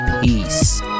Peace